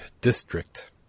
district